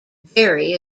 vary